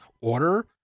order